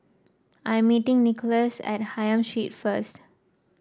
I am meeting Nicklaus at Hylam Street first